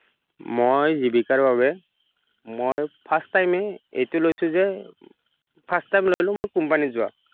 মই জীৱিকাৰ বাবে মই ফাষ্ট টাইমে মই এইটো লৈছোঁ যে ফাষ্ট টাইম ল'লোঁ কোম্পানীত যোৱা